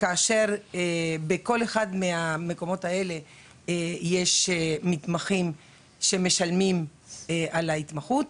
בכל אחד מהמקומות האלה יש מתמחים שמשלמים על ההתמחות.